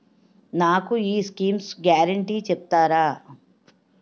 నాకు ఈ schemes guarantee చెప్తారా?